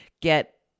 get